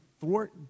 thwart